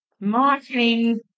marketing